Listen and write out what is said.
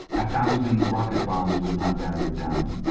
a thousand rocket bombs would not batter it down.